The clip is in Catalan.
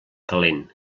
calent